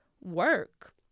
work